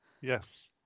Yes